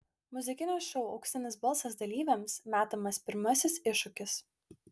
muzikinio šou auksinis balsas dalyviams metamas pirmasis iššūkis